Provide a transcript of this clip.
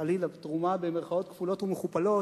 חלילה, תרומה במירכאות כפולות ומכופלות,